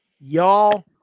y'all